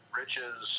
riches